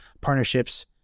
partnerships